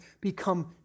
become